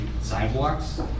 sidewalks